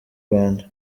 rwanda